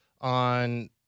on